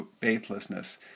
faithlessness